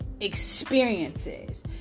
experiences